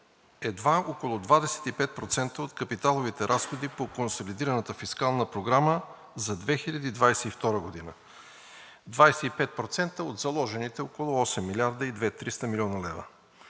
едва около 25% от капиталовите разходи по консолидираната фискална програма за 2022 г. – 25% от заложените около 8 млрд. 200 – 300 млн. лв.